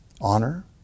honor